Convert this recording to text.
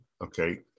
Okay